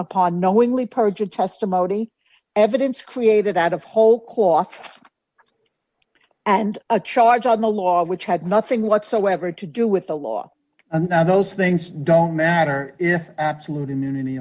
upon knowingly perjured testimony evidence created out of whole cloth and a charge on the law which had nothing whatsoever to do with the law and those things don't matter if absolute immunity